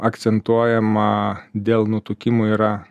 akcentuojama dėl nutukimo yra